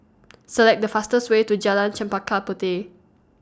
Select The fastest Way to Jalan Chempaka Puteh